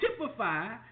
typify